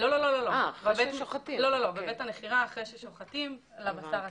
לא לא, בבית המכירה אחרי ששוחטים על הבשר עצמו.